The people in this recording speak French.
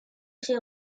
ses